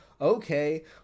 okay